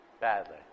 badly